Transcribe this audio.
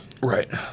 Right